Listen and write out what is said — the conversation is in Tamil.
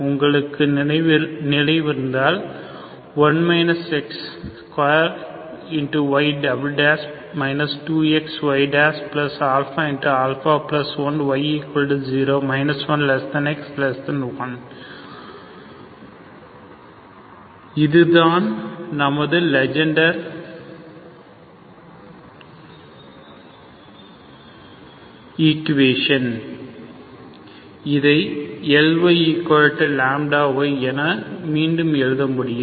உங்களுக்கு நினைவிருந்தால் y 2xyαα1y0 1x1 இதுதான் நமது லெஜெண்டர் ஈக்குவேஷன் இதை Ly λy என மீண்டும் எழுத முடியும்